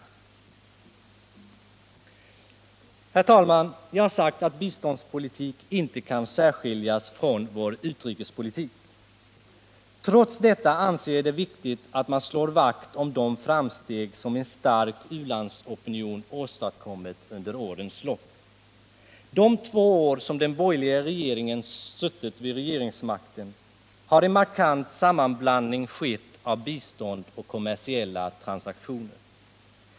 Herr talman! Jag har sagt att vår biståndspolitik inte kan särskiljas från vår utrikespolitik. Trots detta anser jag det viktigt att man slår vakt om de framsteg som en stark u-landsopinion har åstadkommit under årens lopp. Under de två år som den borgerliga regeringen har suttit vid makten har en markant sammanblandning skett av bistånd och kommersiella transaktioner.